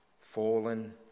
fallen